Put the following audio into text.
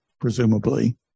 presumably